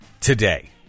today